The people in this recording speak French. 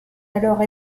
alors